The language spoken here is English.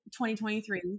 2023